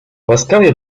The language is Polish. łaskawie